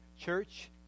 church